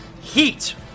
Heat